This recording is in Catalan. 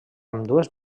ambdues